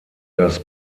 das